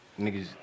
niggas